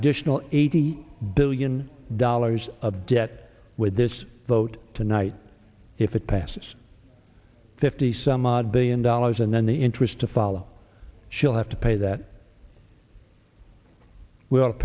additional eighty billion dollars of debt with this vote tonight if it passes fifty some odd billion dollars and then the interest to follow she'll have to pay that w